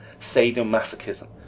sadomasochism